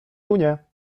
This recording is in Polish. runie